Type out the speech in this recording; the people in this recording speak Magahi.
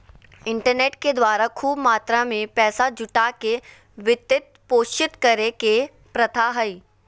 इंटरनेट के द्वारा खूब मात्रा में पैसा जुटा के वित्त पोषित करे के प्रथा हइ